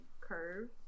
curve